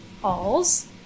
halls